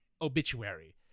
obituary